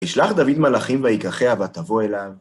ישלח דוד מלאכים ויקחהה ותבוא אליו.